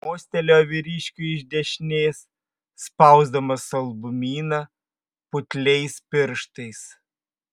mostelėjo vyriškiui iš dešinės spausdamas saldumyną putliais pirštais